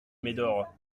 médor